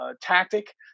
tactic